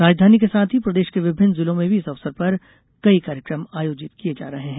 राजधानी के साथ ही प्रदेश के विभिन्न जिलों में भी इस अवसर पर कई कार्यक्रम भी आयोजित किये जा रहे हैं